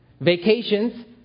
Vacations